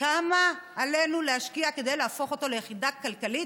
כמה עלינו להשקיע כדי להפוך אותו ליחידה כלכלית,